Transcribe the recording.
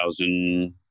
2000